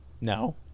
no